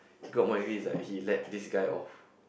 he got more angry is like he let this guy off